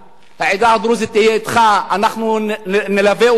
העדה הדרוזית תהיה אתך, אנחנו נלווה אותך.